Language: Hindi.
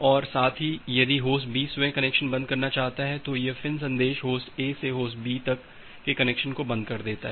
और साथ ही यदि होस्ट B स्वयं कनेक्शन बंद करना चाहता है तो यह फ़िन् सन्देश Host A से Host B तक के कनेक्शन को बंद कर देता है